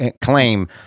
claim